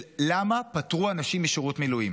של למה פטרו אנשים משירות מילואים.